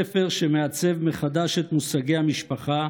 זהו ספר המעצב מחדש את מושגי המשפחה,